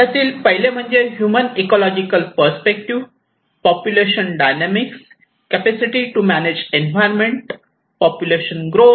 त्यातील पहिले म्हणजे human ecological perspective population dynamics capacity to manage environment population growth